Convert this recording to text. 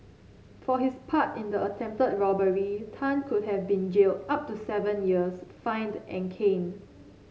for his part in the attempted robbery Tan could have been jailed up to seven years fined and caned